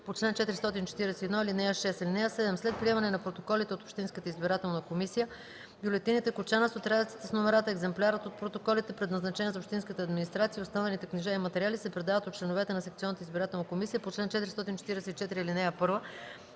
по чл. 441, ал. 6. (7) След приемане на протоколите от общинската избирателна комисия бюлетините, кочанът с отрязъците с номерата, екземплярът от протоколите, предназначен за общинската администрация, и останалите книжа и материали се предават от членовете на секционната избирателна комисия по чл. 444, ал. 1